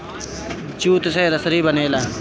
jute से रसरी बनेला